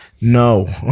no